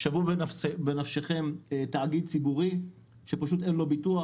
שוו בנפשכם תאגיד ציבורי שאין לו ביטוח.